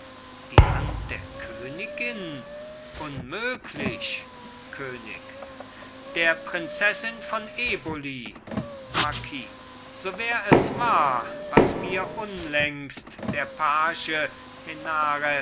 die hand der königin unmöglich könig der prinzessin von eboli marquis so wär es wahr was mir unlängst der page